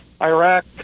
iraq